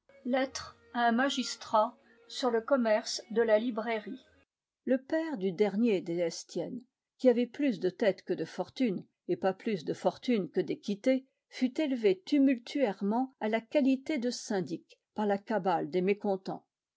le père du dernier des estienne qui avait plus de tête que de fortune et pas plus de fortune que d'équité fut élevé tumultuairement à la qualité de syndic par la cabale des mécontents